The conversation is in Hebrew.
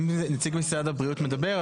אם נציג משרד הבריאות מדבר,